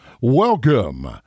Welcome